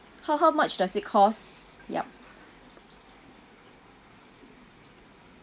how how much does it cost yup